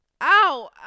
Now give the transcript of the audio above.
ow